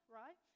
right